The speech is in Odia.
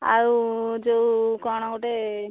ଆଉ ଯେଉଁ କ'ଣ ଗୋଟିଏ